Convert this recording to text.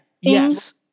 Yes